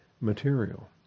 material